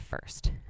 first